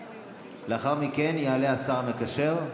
לאחר מכן יעלה השר המקשר,